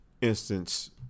instance